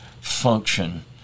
function